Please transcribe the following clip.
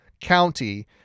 county